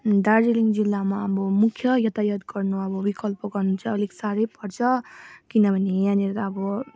दार्जिलिङ जिल्लामा अब मुख्य यातायात गर्नु अब विकल्प गर्नु चाहिँ अलिक साह्रै पर्छ किनभने यहाँनिर अब